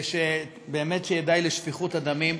ושבאמת יהיה די לשפיכות הדמים.